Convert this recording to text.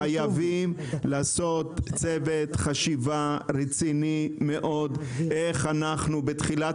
חייבים להקים צוות חשיבה רציני מאוד איך אנחנו בתחילת